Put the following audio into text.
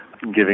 giving